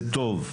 זה טוב,